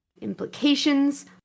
implications